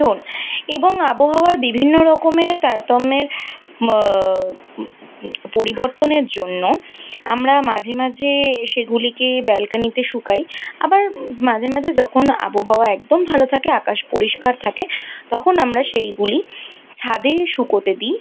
ধোন এবং আবহাওয়ার বিভিন্ন রকমের তারতম্যের পরিবর্তনের জন্য আমরা মাঝে মাঝে সেগুলিকে ব্যালকানিতে শুকাই আবার মাঝে মাঝে যখন আবহাওয়া একদম ভালো থাকে আকাশ পরিষ্কার থাকে তখন আমরা সেইগুলি ছাদে শুকোতে দিই